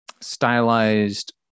stylized